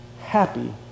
happy